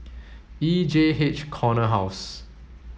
E J H Corner House